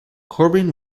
corbin